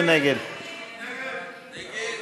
25,